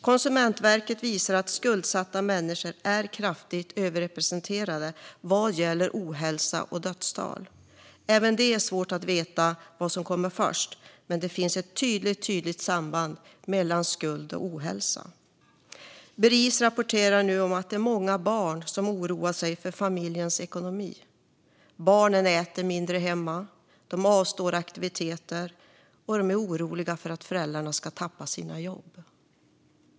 Konsumentverket visar att skuldsatta människor är kraftigt överrepresenterade vad gäller ohälsa och dödstal. Även om det är svårt att veta vad som kommer först finns ett tydligt samband mellan skuld och ohälsa. Bris rapporterar att många barn nu oroar sig för familjens ekonomi. Barnen äter mindre hemma, avstår aktiviteter och är oroliga för att föräldrarna ska tappa sina jobb.